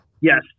Yes